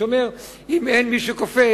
הוא אומר: אם אין מי שכופה,